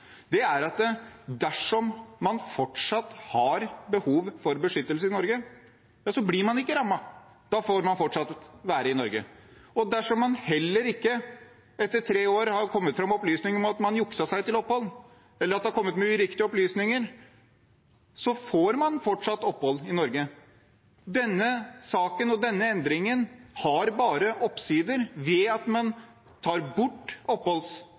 er at dersom man fortsatt har behov for beskyttelse i Norge, blir man ikke rammet. Da får man fortsatt være i Norge. Og dersom det heller ikke etter tre år har kommet fram opplysninger om at man jukset seg til opphold eller har kommet med uriktige opplysninger, så får man fortsatt opphold i Norge. Denne saken og denne endringen har bare oppsider, ved at man tar bort